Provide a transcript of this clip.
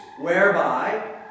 whereby